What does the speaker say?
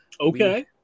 Okay